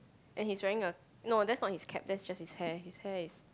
and he's wearing a no that's not his cap that's just his hair his hair is